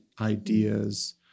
ideas